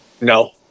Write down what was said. No